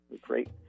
great